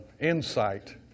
insight